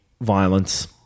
violence